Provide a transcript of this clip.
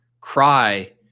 Cry